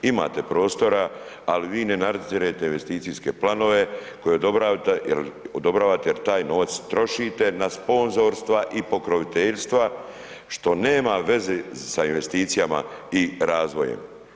Imate prostora ali vi ne nadzirete investicijske planove koje odobaravate jer taj novac trošite na sponzorstva i pokroviteljstva što nema veze sa investicijama i razvojem.